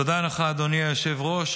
תודה לך, אדוני היושב-ראש.